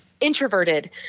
introverted